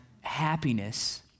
happiness